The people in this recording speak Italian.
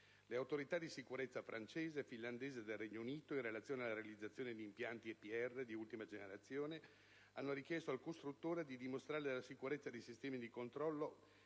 Le autorità di sicurezza francese, finlandese e del Regno Unito, in relazione alla realizzazione di impianti EPR di ultima generazione, hanno richiesto al costruttore di dimostrare la sicurezza dei sistemi di controllo